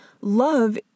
Love